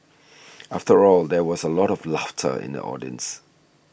after all there was a lot of laughter in the audience